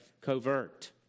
covert